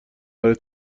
برای